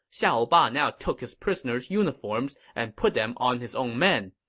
xiahou ba now took his prisoners' uniforms and put them on his own men.